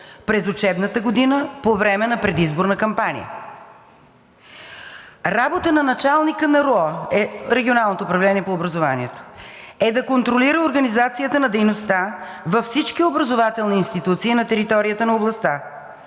през учебната година по време на предизборна кампания. Работа на началника на Регионалното управление по образованието е да контролира организацията на дейността във всички образователни институции на територията на областта.